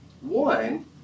One